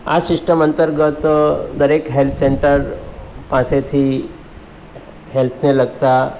આ સિસ્ટમ અંતરગત દરેક હેલ્થ સેન્ટર પાસેથી હેલ્થને લગતા